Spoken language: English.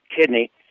kidney